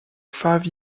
five